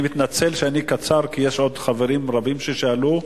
אני מתנצל שאני קצר, כי יש עוד חברים רבים ששאלו,